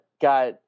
got